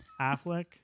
Affleck